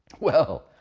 well,